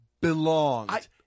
belonged